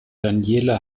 daniela